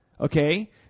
Okay